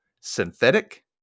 synthetic